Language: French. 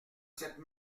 cette